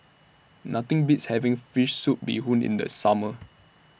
Nothing Beats having Fish Soup Bee Hoon in The Summer